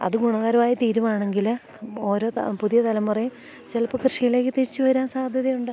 അത് ഗുണകരമായി തീരുവാണെങ്കിൽ ഓരോ പുതിയ തലമുറയും ചിലപ്പോൾ കൃഷിയിലേക്ക് തിരിച്ചു വരാൻ സാധ്യതയുണ്ട്